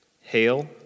hail